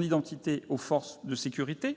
identité aux forces de sécurité,